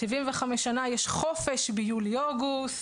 75 שנה יש חופש ביולי-אוגוסט.